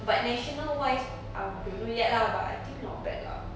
but national wise um don't know yet lah but I think not bad lah